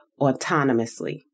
autonomously